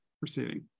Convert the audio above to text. proceeding